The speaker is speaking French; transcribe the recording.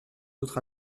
autres